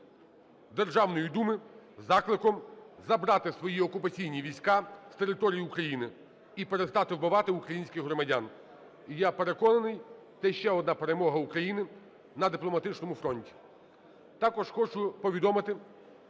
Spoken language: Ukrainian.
Державної думи із закликом забрати свої окупаційні війська з території України і перестати вбивати українських громадян. І я переконаний, це ще одна перемога України на дипломатичному фронті. Також хочу повідомити,